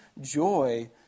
joy